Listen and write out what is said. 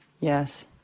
Yes